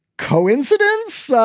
coincidence?